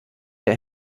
der